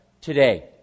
today